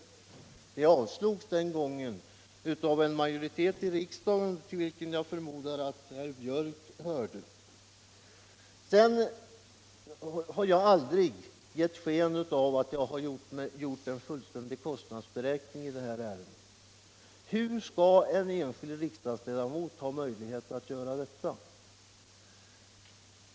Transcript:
Förslaget avslogs den gången av en majoritet i riksdagen, till vilken jag förmodar att herr Björck hörde. Jag har aldrig givit sken av att ha gjort en fullständig kostnadsberäkning i detta ärende. Hur skall en enskild riksdagsledamot ha möjlighet att göra det?